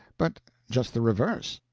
but just the reverse.